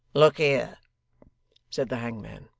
look here said the hangman.